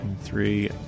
three